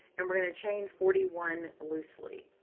and we're going to chain forty one loosely.